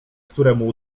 któremu